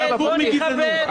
זה הפוך מגזענות.